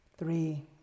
Three